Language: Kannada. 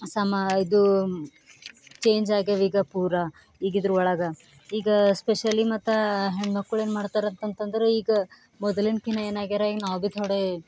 ಸಮ ಇದು ಚೇಂಜಾಗ್ಯವ ಈಗ ಪೂರ ಈಗಿದ್ರೊಳಗೆ ಈಗ ಸ್ಪೆಷಲಿ ಮತ್ತು ಹೆಣ್ಮಕ್ಕಳು ಏನು ಮಾಡ್ತಾರೆ ಅಂತಂತಂದರೆ ಈಗ ಮೊದಲಿನ್ಕಿನ್ನ ಏನಾಗ್ಯಾರ ನಾವು ಭೀ ಥೋಡೆ